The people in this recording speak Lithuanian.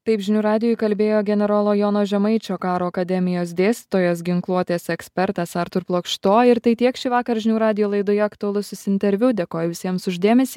taip žinių radijui kalbėjo generolo jono žemaičio karo akademijos dėstytojas ginkluotės ekspertas artūr plokšto ir tai tiek šįvakar žinių radijo laidoje aktualusis interviu dėkoju visiems už dėmesį